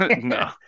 No